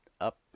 up